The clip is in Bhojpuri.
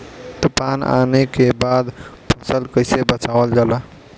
तुफान आने के बाद फसल कैसे बचावल जाला?